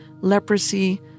leprosy